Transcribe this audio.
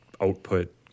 output